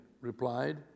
replied